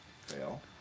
Fail